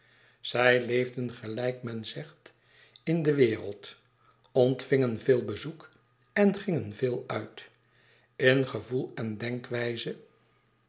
zij leefden gelijk men zegt in de wereld ontvingen veel bezoek en gingen veel uit in gevoel en denkwijze